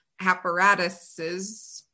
apparatuses